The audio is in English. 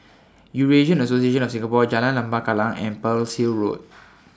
Eurasian Association of Singapore Jalan Lembah Kallang and Pearl's Hill Road